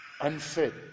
unfit